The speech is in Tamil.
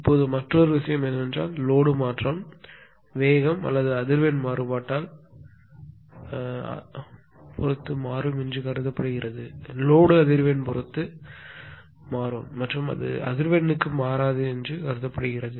இப்போது மற்றொரு விஷயம் என்னவென்றால் லோடு மாற்றம் வேகம் அல்லது அதிர்வெண் மாறுபாட்டால் பொறுத்து மாறும் என்று கருதப்படுகிறது லோடு அதிர்வெண் பொறுத்து மாறும் மற்றும் அது அதிர்வெண்ணுக்கு மாறாது என்று கருதப்படுகிறது